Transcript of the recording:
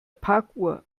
parkuhr